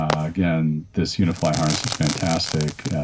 ah again, this unified harness is fantastic.